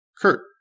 Kurt